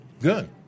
Good